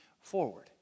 forward